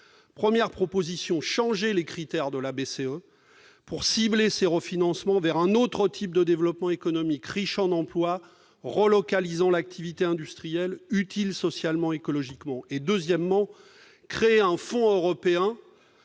premières propositions changer les critères de la BCE pour cibler ses refinancements vers un autre type de développement économique riche en emplois relocalisent l'activité industrielle utile socialement, écologiquement et, deuxièmement, créer un fonds européen